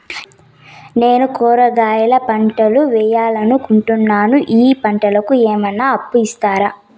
నేను కూరగాయల పంటలు వేయాలనుకుంటున్నాను, ఈ పంటలకు ఏమన్నా అప్పు ఇస్తారా?